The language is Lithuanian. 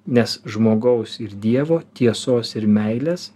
nes žmogaus ir dievo tiesos ir meilės